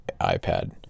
ipad